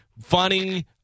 funny